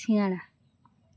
সিঙ্গারা